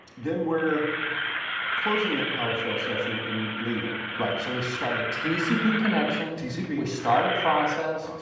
then we're closing that powershell session and leaving? right. so we start a tcp connection. tcp. we start a process.